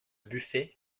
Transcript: buffet